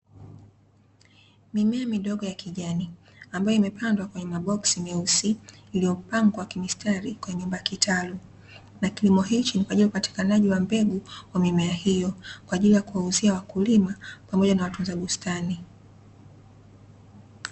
Mimea midogo ya kijani ambayo imepandwa kwenye maboksi meusi iliyopangwa kimistari kwenye nyumba ya kitalu, na kilimo hichi ni kwa ajili ya upatikanaji wa mbegu ya mimea hiyo kwa ajili ya kuwauzia wakulima pamoja na watunza bustani.